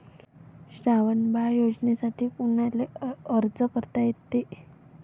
श्रावण बाळ योजनेसाठी कुनाले अर्ज करता येते?